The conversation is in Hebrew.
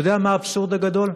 אתה יודע מה האבסורד הגדול?